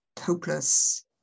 hopeless